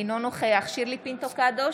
אינו נוכח שירלי פינטו קדוש,